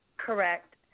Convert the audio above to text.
Correct